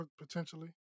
potentially